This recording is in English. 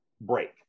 break